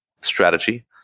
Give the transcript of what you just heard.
strategy